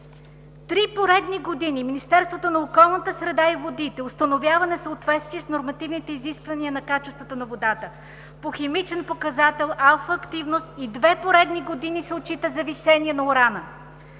Три поредни години Министерството на околната среда и водите установява несъответствия с нормативните изисквания на качеството на водата по химичен показател алфа-активност и две поредни години се отчита завишение на урана.